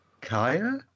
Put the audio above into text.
Kaya